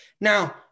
now